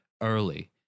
early